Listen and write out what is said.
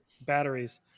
batteries